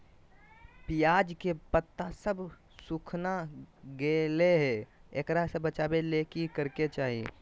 प्याज के पत्ता सब सुखना गेलै हैं, एकरा से बचाबे ले की करेके चाही?